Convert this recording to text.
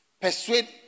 persuade